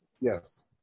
yes